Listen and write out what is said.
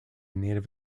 native